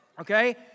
okay